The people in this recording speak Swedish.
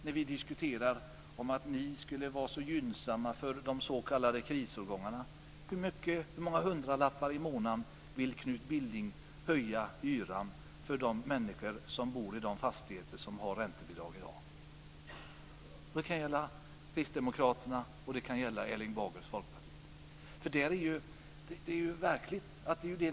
Ni säger er tala så varmt om de s.k. krisårgångarna, men då undrar jag: Med hur många hundralappar i månaden vill Kunt Billing höja hyran för de människor som bor i de fastigheter som har räntebidrag i dag? Frågan riktar sig också till kristdemokraterna och Erling Bagers Folkpartiet.